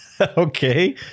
Okay